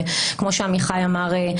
וכמו שעמיחי אמר,